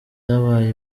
zabaye